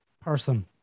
Person